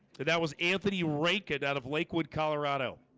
that was anthony rankin out of, lakewood, colorado